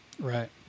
Right